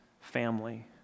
family